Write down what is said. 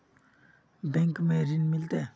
Bank में ऋण मिलते?